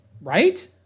Right